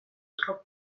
truk